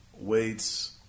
weights